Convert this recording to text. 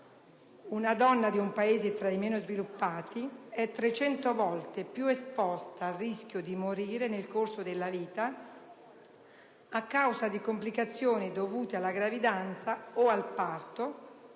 Una donna di un Paese tra i meno sviluppati è 300 volte più esposta al rischio di morire nel corso della vita a causa di complicazioni dovute alla gravidanza o al parto